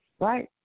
Right